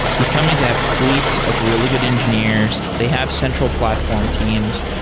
these companies have fl eets of really good engineers. they have central platform teams.